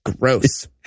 Gross